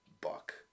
buck